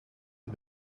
het